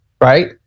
right